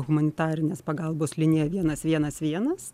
humanitarinės pagalbos linija vienas vienas vienas